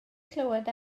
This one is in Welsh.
clywed